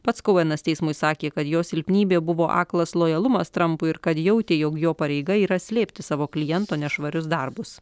pats kouenas teismui sakė kad jo silpnybė buvo aklas lojalumas trampui ir kad jautė jog jo pareiga yra slėpti savo kliento nešvarius darbus